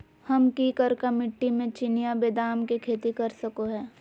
हम की करका मिट्टी में चिनिया बेदाम के खेती कर सको है?